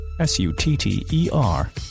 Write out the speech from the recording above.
S-U-T-T-E-R